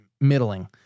middling